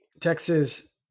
Texas